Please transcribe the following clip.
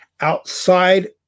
outside